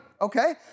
okay